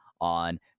on